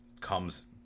comes